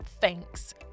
thanks